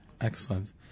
Excellent